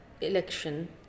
election